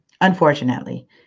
unfortunately